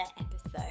episode